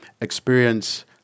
experience